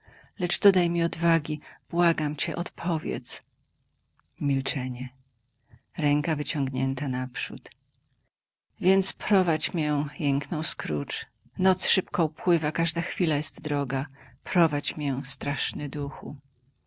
lecz dodaj mi odwagi błagam cię odpowiedz milczenie ręka wyciągnięta naprzód więc prowadź mię jęknął scrooge noc szybko upływa każda chwila jest droga prowadź mię straszny duchu